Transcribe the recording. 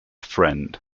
friend